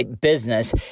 business